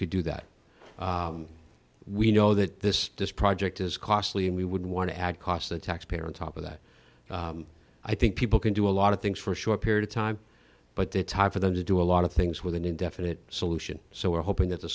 could do that we know that this disk project is costly and we would want to add cost the taxpayer on top of that i think people can do a lot of things for a short period of time but the time for them to do a lot of things with an indefinite solution so we're hoping th